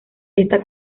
esta